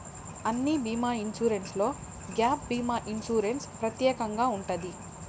అన్ని బీమా ఇన్సూరెన్స్లో గ్యాప్ భీమా ఇన్సూరెన్స్ ప్రత్యేకంగా ఉంటది